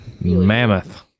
Mammoth